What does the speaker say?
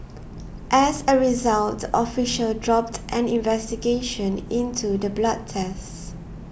as a result the official dropped an investigation into the blood test